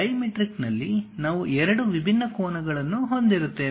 ಡೈಮೆಟ್ರಿಕ್ನಲ್ಲಿ ನಾವು ಎರಡು ವಿಭಿನ್ನ ಕೋನಗಳನ್ನು ಹೊಂದಿರುತ್ತೇವೆ